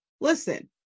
listen